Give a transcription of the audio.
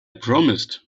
promised